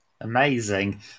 Amazing